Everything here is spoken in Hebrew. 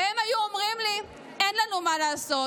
והם היו אומרים לי: אין לנו מה לעשות,